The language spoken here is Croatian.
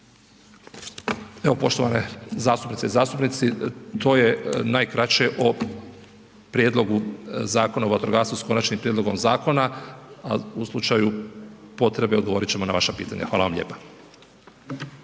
Evo poštovane zastupnice i zastupnici, to je najkraće o prijedlogu Zakona o vatrogastvu s konačnim prijedlogom zakona, a u slučaju potrebe odgovorit ćemo na vaša pitanja. Hvala vam lijepa.